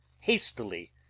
hastily